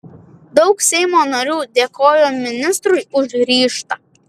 daug seimo narių dėkojo ministrui už ryžtą